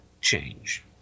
change